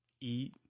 eat